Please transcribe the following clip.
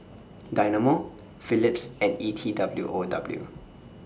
Dynamo Phillips and E T W O W